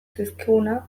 zizkiguna